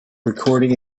recording